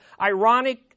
ironic